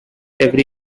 every